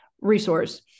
resource